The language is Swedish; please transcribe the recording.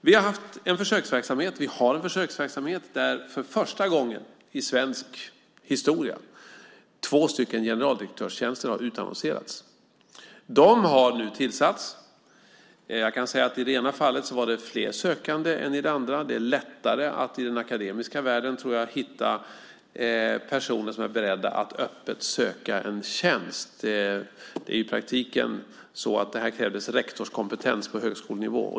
Vi har en försöksverksamhet där för första gången i svensk historia två generaldirektörstjänster har utannonserats. De har nu tillsatts. I det ena fallet var det fler sökande än i det andra. Jag tror det är lättare att i den akademiska världen hitta personer som är beredda att öppet söka en tjänst. Det krävdes i praktiken rektorskompetens på högskolenivå.